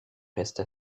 reste